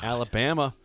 Alabama